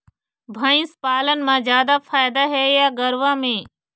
भंइस पालन म जादा फायदा हे या गरवा में?